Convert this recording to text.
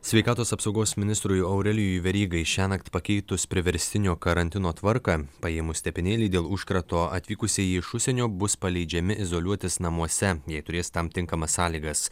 sveikatos apsaugos ministrui aurelijui verygai šiąnakt pakeitus priverstinio karantino tvarką paėmus tepinėlį dėl užkrato atvykusieji iš užsienio bus paleidžiami izoliuotis namuose jei turės tam tinkamas sąlygas